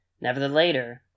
Nevertheless